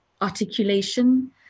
articulation